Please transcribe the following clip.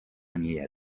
jne